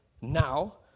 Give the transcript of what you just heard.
now